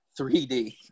3D